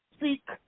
seek